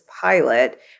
pilot